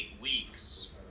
weeks